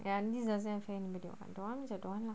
ya this doesn't have anybody what I don't want means I don't want lah